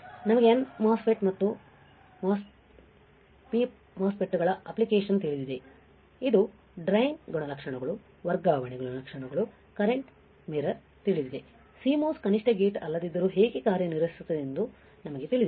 ನಮಗೆ n MOSFET ಮತ್ತು MOSFET ಗಳ ಅಪ್ಲಿಕೇಶನ್ ತಿಳಿದಿದೆ ಇದು ಡ್ರೈನ್ ಗುಣಲಕ್ಷಣಗಳು ವರ್ಗಾವಣೆ ಗುಣಲಕ್ಷಣಗಳುಕರೆಂಟ್ ಮಿರ್ರರ್ ತಿಳಿದಿದೆ CMOS ಕನಿಷ್ಠ ಗೇಟ್ ಅಲ್ಲದಿದ್ದರೂ ಹೇಗೆ ಕಾರ್ಯನಿರ್ವಹಿಸುತ್ತದೆ ಎಂದು ನಮಗೆ ತಿಳಿದಿದೆ